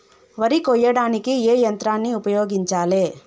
వరి కొయ్యడానికి ఏ యంత్రాన్ని ఉపయోగించాలే?